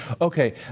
okay